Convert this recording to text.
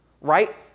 right